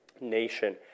nation